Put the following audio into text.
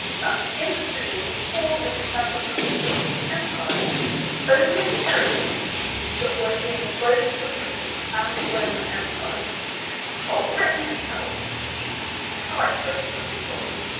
now interestingly before the dismemberment to the autumn and empire the only territories that were in both the british and the roman empire or britain itself cyprus and gibraltar